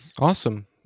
Awesome